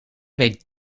weet